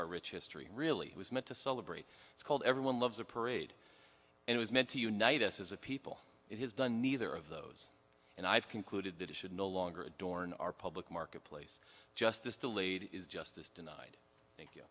our rich history really was meant to celebrate it's called everyone loves a parade and it was meant to unite us as a people it has done neither of those and i've concluded that it should no longer adorn our public marketplace justice delayed is justice denied thank you